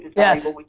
yes.